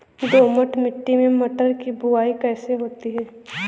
दोमट मिट्टी में मटर की बुवाई कैसे होती है?